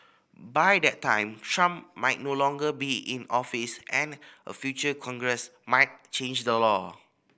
by that time Trump might no longer be in office and a future Congress might change the law